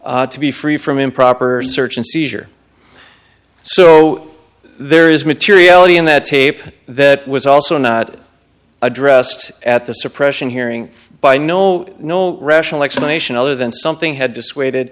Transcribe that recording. to be free from improper search and seizure so there is materiality in that tape that was also not addressed at the suppression hearing by no no rational explanation other than something had dissuaded